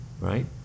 right